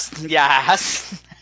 Yes